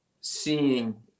seeing